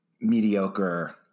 mediocre